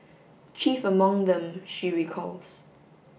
chief among them she recalls